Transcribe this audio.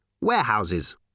Warehouses